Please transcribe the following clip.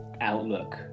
outlook